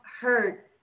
hurt